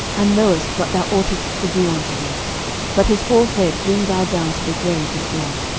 and knowest what thou oughtest to do unto him but his hoar head bring thou down to the grave with blood.